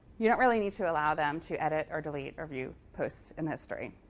you don't really need to allow them to edit or delete or view posts in history.